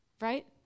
right